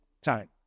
time